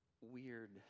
weird